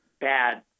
bad